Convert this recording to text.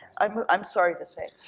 i'm ah i'm sorry to say.